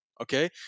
Okay